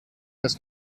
must